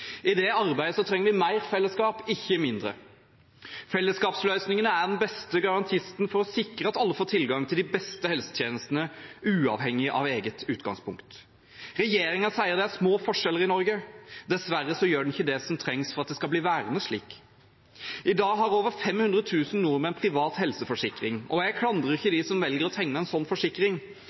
det arbeidet trenger vi mer fellesskap, ikke mindre. Fellesskapsløsningene er den beste garantisten for å sikre at alle får tilgang til de beste helsetjenestene, uavhengig av eget utgangspunkt. Regjeringen sier det er små forskjeller i Norge. Dessverre gjør den ikke det som trengs for at det skal bli værende slik. I dag har over 500 000 nordmenn privat helseforsikring. Jeg klandrer ikke dem som velger å tegne en slik forsikring,